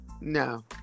no